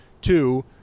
two